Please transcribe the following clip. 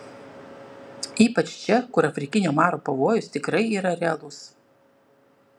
ypač čia kur afrikinio maro pavojus tikrai yra realus